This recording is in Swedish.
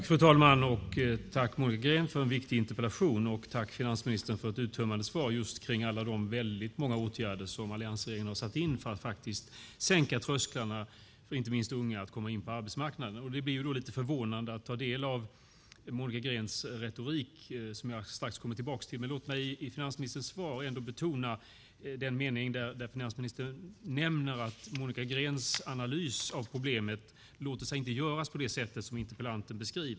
Fru talman! Tack, Monica Green, för en viktig interpellation och tack, finansministern, för ett uttömmande svar beträffande alla de många åtgärder som alliansregeringen har satt in för att sänka trösklarna för inte minst unga att komma in på arbetsmarknaden. Då blir det lite förvånande att höra Monica Greens retorik, som jag strax kommer tillbaka till. Låt mig i finansministerns svar betona den mening där finansministern nämner att Monica Greens analys av problemet inte låter sig göras på det sätt som interpellanten gör.